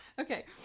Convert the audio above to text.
Okay